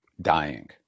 dying